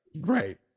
Right